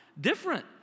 different